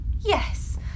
Yes